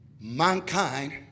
mankind